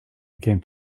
became